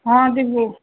ହଁ ଯିବୁ